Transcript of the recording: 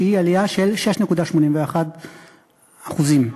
שהיא עלייה של 6.81%. כמה?